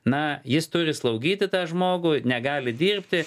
na jis turi slaugyti tą žmogų negali dirbti